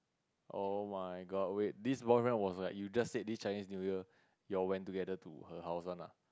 oh my god wait this boyfriend was like you just said this Chinese New Year you went together to her house one lah